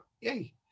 Yay